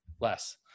less